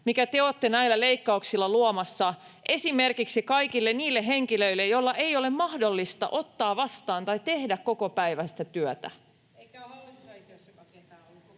mitä te olette näillä leikkauksilla luomassa esimerkiksi kaikille niille henkilöille, joilla ei ole mahdollisuutta ottaa vastaan tai tehdä kokopäiväistä työtä. [Krista Kiuru: Eikä ole hallitusaitiossakaan ketään ollut